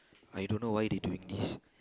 I don't know why they doing this